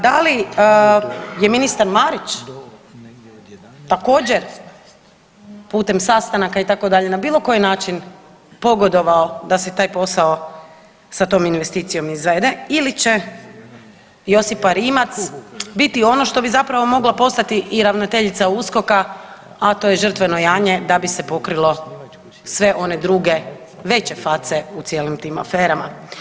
Da li je ministar Marić također putem sastanaka itd. i na bilo koji način pogodovao da se taj posao sa tom investicijom izvede ili će Josipa Rimac biti ono što bi zapravo mogla postati i ravnateljica USKOK-a, a to je žrtveno janje da bi se pokrilo sve one druge veće face u cijelim tim aferama.